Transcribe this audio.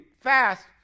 fast